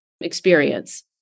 experience